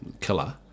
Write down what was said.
killer